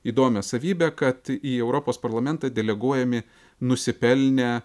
įdomią savybę kad į europos parlamentą deleguojami nusipelnę